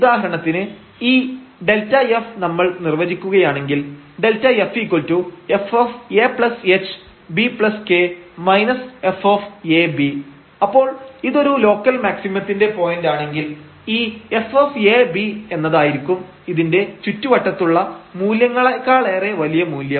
ഉദാഹരണത്തിന് ഈ Δf നമ്മൾ നിർവചിക്കുകയാണെങ്കിൽ Δf fah bk fa b അപ്പോൾ ഇതൊരു ലോക്കൽ മാക്സിമത്തിന്റെ പോയന്റാണെങ്കിൽ ഈ fab എന്നതായിരിക്കും ഇതിന്റെ ചുറ്റുവട്ടത്തുള്ള മൂല്യങ്ങളെക്കാളേറെ വലിയ മൂല്യം